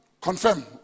Confirm